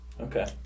Okay